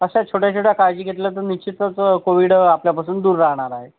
अशा छोट्याछोट्या काळजी घेतल्या तर निश्चितच कोविड आपल्यापासून दूर राहणार आहे